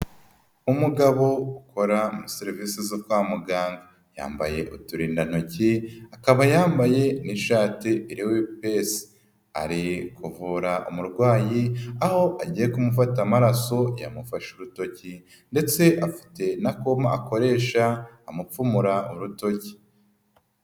Umugabo ukora muri serivisi zo kwa muganga, yambaye uturindantoki, akaba yambaye n'ishati iriho ipensi, ari kuvura umurwayi, aho agiye kumufata amaraso, yamufashe urutoki ndetse afite na kuma akoresha amupfumura urutoki.